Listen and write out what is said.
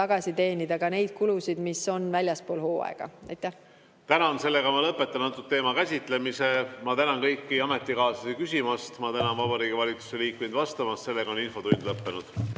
tagasi teenida ka neid kulusid, mis on väljaspool hooaega. Tänan!